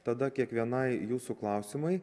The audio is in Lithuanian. tada kiekvienai jūsų klausimai